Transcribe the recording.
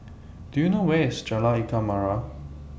Do YOU know Where IS Jalan Ikan Merah